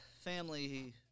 family